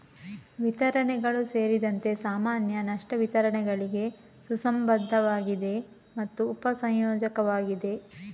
ವಿತರಣೆಗಳು ಸೇರಿದಂತೆ ಸಾಮಾನ್ಯ ನಷ್ಟ ವಿತರಣೆಗಳಿಗೆ ಸುಸಂಬದ್ಧವಾಗಿದೆ ಮತ್ತು ಉಪ ಸಂಯೋಜಕವಾಗಿದೆ